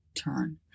turn